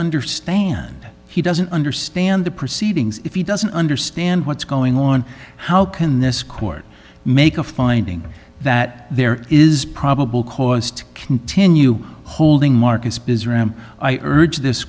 understand he doesn't understand the proceedings if he doesn't understand what's going on how can this court make a finding that there is probable cause to continue holding marcus busier am i urge this